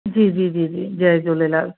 जी जी जी जी जय झुलेलाल